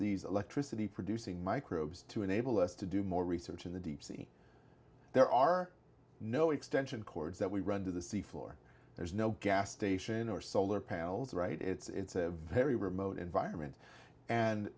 these electricity producing microbes to enable us to do more research in the deep sea there are no extension cords that we run to the sea floor there's no gas station or solar panels right it's a very remote environment and